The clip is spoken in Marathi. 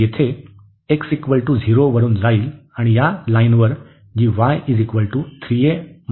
तर येथे x 0 वरुन जाईल आणि या लाईनवर जी y आहे